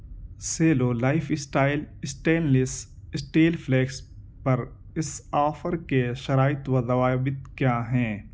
سیلو life style stainless steel flask پر اس offer کے شرائط و ضوابط کیا ہیں